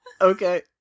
Okay